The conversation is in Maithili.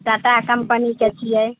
टाटा कम्पनीके छियै